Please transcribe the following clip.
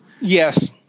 Yes